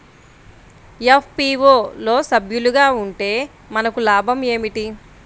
FPO లో సభ్యులుగా ఉంటే మనకు లాభం ఏమిటి?